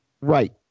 Right